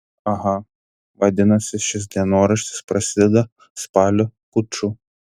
aha vadinasi šis dienoraštis prasideda spalio puču